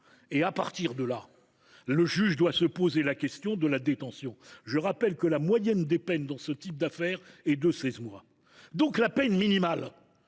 à partir de là que le juge doit se poser la question de la détention. Je rappelle que la moyenne des peines dans ce type d’affaires est de seize mois. La peine minimale